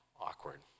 awkward